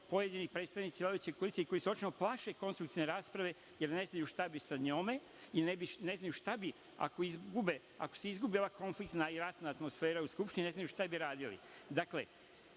pojedini predstavnici vladajuće koalicije, koji se očito plaše konstruktivne rasprave, jer ne znaju šta bi sa njome i ne znaju šta bi ako se izgubi ova konflikta i ratna atmosfera u Skupštini, ne znaju šta bi radili. Dakle,